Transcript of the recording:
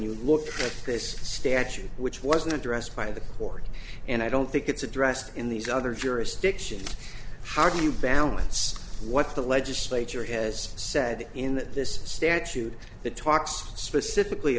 you look at this statute which wasn't addressed by the court and i don't think it's addressed in these other jurisdictions how do you balance what the legislature has said in that this statute that talks specifically